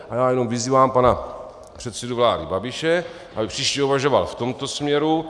A já jenom vyzývám pana předsedu vlády Babiše, aby příště uvažoval v tomto směru.